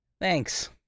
Thanks